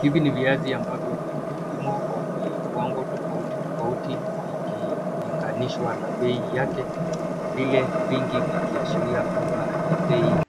Hivi ni viazi ambavyo vimepimwa kwa viwango tofauti tofauti ikilinganishwa na bei yake, vile vingi vikiashiria kwamba ni bei